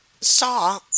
saw